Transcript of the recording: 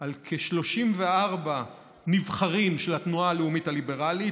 על כ-34 נבחרים של התנועה הלאומית הליברלית